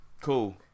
cool